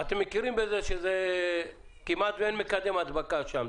אתם מכירים בזה שאין כמעט מקדם הדבקה שם,